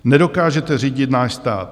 Nedokážete řídit náš stát.